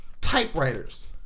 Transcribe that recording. Typewriters